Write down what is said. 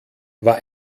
war